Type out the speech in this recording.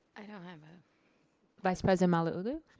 i don't have a vice president malauulu.